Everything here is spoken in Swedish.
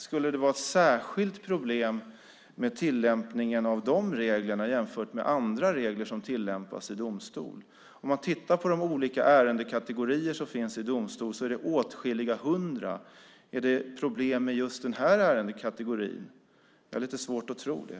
Skulle det vara ett särskilt problem med tillämpningen av de reglerna jämfört med andra regler som tillämpas i domstol? Om man tittar på de olika ärendekategorier som finns i domstol ser man att det är åtskilliga hundra. Är det problem med just den här ärendekategorin? Jag har lite svårt att tro det.